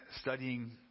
studying